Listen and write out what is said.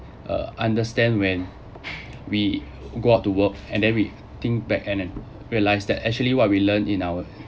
uh understand when we go out to work and then we think back and then realize that actually what we learned in our